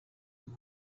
uwo